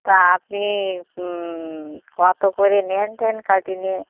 তা আপনি কত করে নেন দেন কাটিয়ে নিয়ে